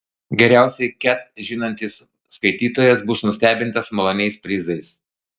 geriausiai ket žinantis skaitytojas bus nustebintas maloniais prizais